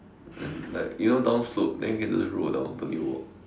then like you know down slope then you can just roll down don't need to walk